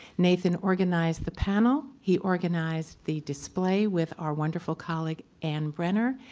nathan organized the panel. he organized the display with our wonderful colleague ann brenner.